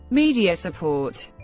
media support